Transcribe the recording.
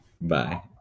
Bye